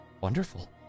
Wonderful